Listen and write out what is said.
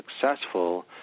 successful